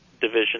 division